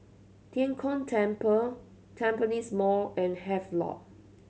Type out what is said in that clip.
Tian Kong Temple Tampines Mall and Havelock